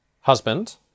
husband